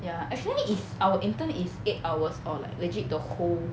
ya actually is our intern is eight hours or like legit the whole